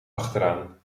achteraan